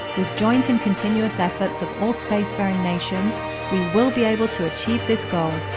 with joint and continuous efforts of all space faring nations we will be able to achieve this goal.